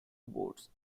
boats